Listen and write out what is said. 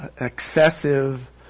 excessive